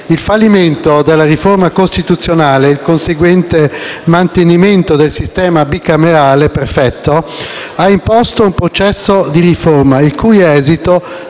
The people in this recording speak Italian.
Il fallimento della riforma costituzionale e il conseguente mantenimento del sistema bicamerale perfetto hanno imposto un processo di riforma il cui esito